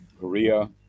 Korea